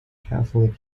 catholic